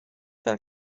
fel